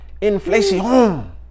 Inflation